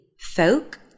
folk